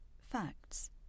FACTS